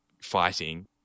fighting